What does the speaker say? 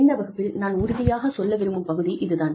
இந்த வகுப்பில் நான் உறுதியாகச் சொல்ல விரும்பும் பகுதி இது தான்